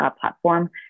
platform